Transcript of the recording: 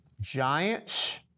Giants